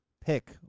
pick